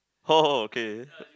okay